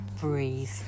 breathe